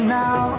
now